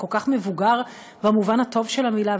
וכל כך מבוגר במובן הטוב של המילה.